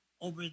over